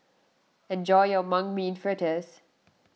enjoy your Mung Bean Fritters